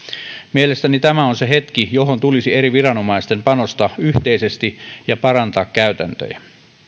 mielestäni tämä on se hetki johon tulisi eri viranomaisten panostaa yhteisesti ja parantaa käytäntöjä